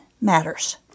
matters